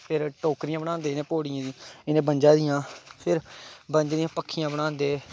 फिर टोकरियां बनांदे इ'नें बंजे दियां फिर बंजें दियां पक्खियां बनांदे